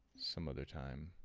some other time,